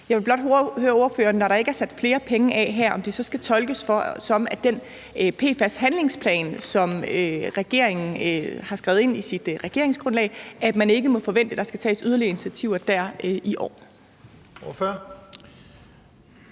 Jeg vil blot høre ordføreren, når der ikke er sat flere penge af her, om det så skal tolkes sådan, at man i forbindelse med den PFAS-handlingsplan, som regeringen har skrevet ind i sit regeringsgrundlag, ikke må forvente, at der skal tages yderligere initiativer i år.